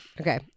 Okay